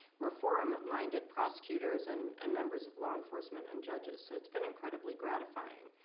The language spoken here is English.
reform-minded prosecutors, and and members of law enforcement, and judges. so it's been incredibly gratifying.